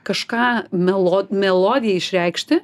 kažką melod melodija išreikšti